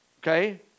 Okay